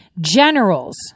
generals